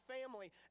family